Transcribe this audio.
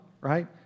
right